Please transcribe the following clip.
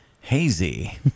hazy